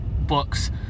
books